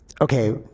Okay